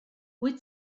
wyt